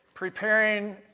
Preparing